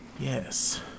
Yes